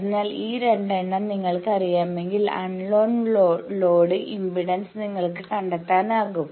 അതിനാൽ ഈ 2 എണ്ണം നിങ്ങൾക്ക് അറിയാമെങ്കിൽ അൺനോൺ ലോഡ് ഇംപെഡൻസ് നിങ്ങൾക്ക് കണ്ടെത്താനാകും